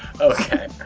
Okay